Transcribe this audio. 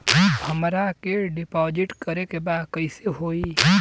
हमरा के डिपाजिट करे के बा कईसे होई?